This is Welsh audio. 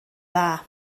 dda